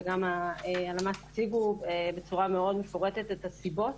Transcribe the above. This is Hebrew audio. וגם הלמ"ס הציגו בצורה מאוד מפורטת את הסיבות.